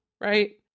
Right